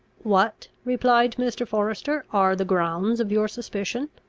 what, replied mr. forester, are the grounds of your suspicion?